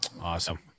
Awesome